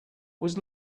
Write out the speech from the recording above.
was